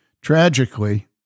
Tragically